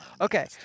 Okay